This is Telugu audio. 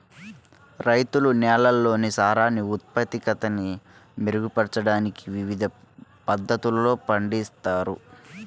రైతులు నేలల్లోని సారాన్ని ఉత్పాదకతని మెరుగుపరచడానికి వివిధ పద్ధతులను పాటిస్తారు